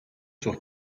sur